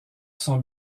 sont